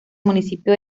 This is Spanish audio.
municipio